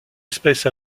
espèce